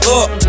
up